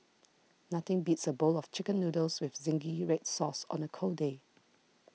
nothing beats a bowl of Chicken Noodles with Zingy Red Sauce on a cold day